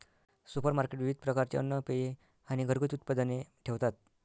supermarket विविध प्रकारचे अन्न, पेये आणि घरगुती उत्पादने ठेवतात